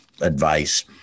advice